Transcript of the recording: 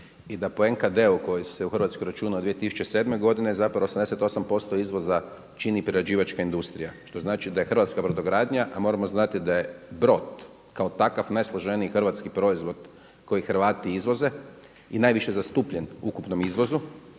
i da po NKD-u koji se u Hrvatskoj računa od 2007. godine zapravo 88% izvoza čini prerađivačka industrija, što znači da je hrvatska brodogradnja, a moramo znati da je brod kao takav najsloženiji hrvatski proizvod koji Hrvati izvoze i najviše zastupljen u ukupnom izvozu